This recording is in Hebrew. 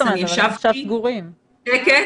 אני ישבתי בשקט,